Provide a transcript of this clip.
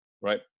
right